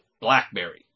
Blackberry